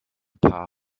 paar